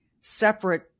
separate